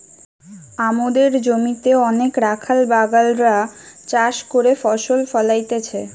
আমদের জমিতে অনেক রাখাল বাগাল রা চাষ করে ফসল ফোলাইতেছে